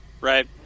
Right